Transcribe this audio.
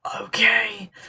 okay